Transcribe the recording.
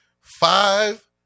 Five